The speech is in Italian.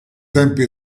tempi